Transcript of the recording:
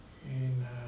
in err